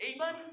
Amen